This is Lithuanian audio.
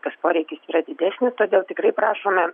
tas poreikis yra didesnis todėl tikrai prašome